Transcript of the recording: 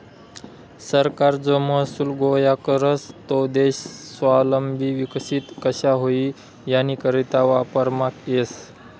सरकार जो महसूल गोया करस तो देश स्वावलंबी विकसित कशा व्हई यानीकरता वापरमा येस